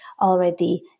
already